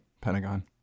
Pentagon